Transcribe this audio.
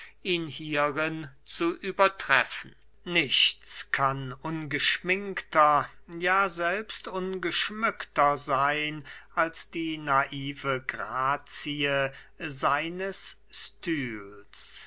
hierin zu übertreffen nichts kann ungeschminkter ja selbst ungeschmückter seyn als die naive grazie seines stils